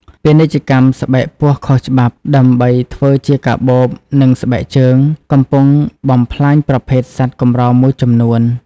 ពាណិជ្ជកម្មស្បែកពស់ខុសច្បាប់ ដើម្បីធ្វើជាកាបូប និងស្បែកជើង កំពុងបំផ្លាញប្រភេទសត្វកម្រមួយចំនួន។